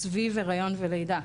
סביב היריון ולידה.